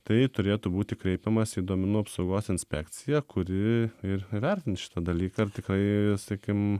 tai turėtų būti kreipiamasi į duomenų apsaugos inspekciją kuri ir vertins šitą dalyką kai sakykim